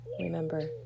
Remember